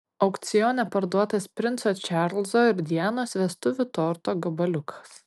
aukcione parduotas princo čarlzo ir dianos vestuvių torto gabaliukas